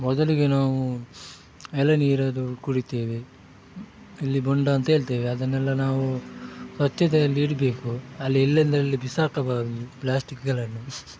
ಮೊದಲಿಗೆ ನಾವು ಎಳನೀರದು ಕುಡಿತೇವೆ ಇಲ್ಲಿ ಬೊಂಡ ಅಂತೇಳ್ತೇವೆ ಅದನ್ನೆಲ್ಲ ನಾವು ಸ್ವಚ್ಛತೆಯಲ್ಲಿ ಇಡಬೇಕು ಅಲ್ಲಿ ಎಲ್ಲೆಂದರಲ್ಲಿ ಬಿಸಾಕಬಾರದು ಪ್ಲಾಸ್ಟಿಕ್ಗಳನ್ನು